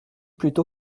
plutôt